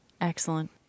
Excellent